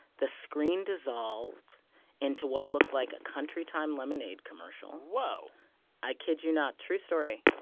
the screen dissolved into what looked like a country time lemonade commercial whoa i kid you not true story.